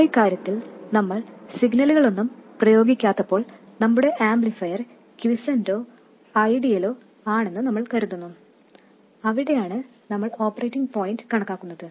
നമ്മുടെ കാര്യത്തിൽ നമ്മൾ സിഗ്നലുകളൊന്നും പ്രയോഗിക്കാത്തപ്പോൾ നമ്മുടെ ആംപ്ലിഫയർ ക്യുസെന്റോ ഐഡിയലോ ആണെന്ന് നമ്മൾ കരുതുന്നു അവിടെയാണ് നമ്മൾ ഓപ്പറേറ്റിംഗ് പോയിന്റ് കണക്കാക്കുന്നത്